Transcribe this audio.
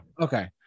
Okay